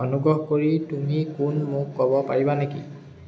অনুগ্ৰহ কৰি তুমি কোন মোক ক'ব পাৰিবা নেকি